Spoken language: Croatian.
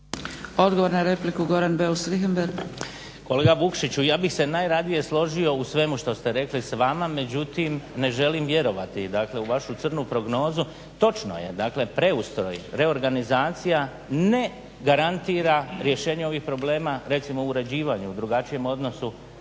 Richembergh, Goran (HNS)** Kolega Vukšiću, ja bih se najradije složio u svemu što ste rekli s vama, međutim ne želim vjerovati u vašu crnu prognozu. Točno je dakle, preustroj, reorganizacija ne garantira rješenje ovih problema recimo u uređivanju, drugačijem odnosu